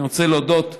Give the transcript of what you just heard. אני רוצה להודות לחבריי,